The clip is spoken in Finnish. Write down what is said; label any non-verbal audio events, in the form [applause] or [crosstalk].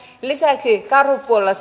lisäksi karhupuolella [unintelligible]